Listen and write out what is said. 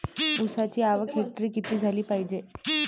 ऊसाची आवक हेक्टरी किती झाली पायजे?